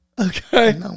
Okay